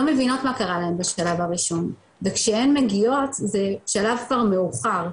מבינות מה קרה להן בשלב הראשון וכשהן מגיעות זה שלב כבר מאוחר,